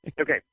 Okay